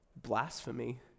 blasphemy